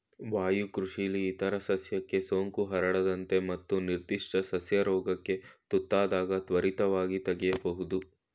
ವಾಯುಕೃಷಿಲಿ ಇತರ ಸಸ್ಯಕ್ಕೆ ಸೋಂಕು ಹರಡದಂತೆ ಮತ್ತು ನಿರ್ಧಿಷ್ಟ ಸಸ್ಯ ರೋಗಕ್ಕೆ ತುತ್ತಾದಾಗ ತ್ವರಿತವಾಗಿ ತೆಗಿಬೋದು